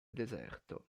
deserto